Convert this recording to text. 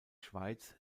schweiz